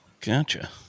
Gotcha